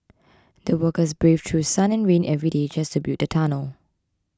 the workers braved through sun and rain every day just to build the tunnel